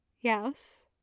Yes